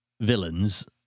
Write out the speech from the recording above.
villains